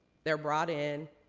they're brought in,